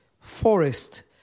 forest